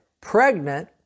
pregnant